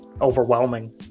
overwhelming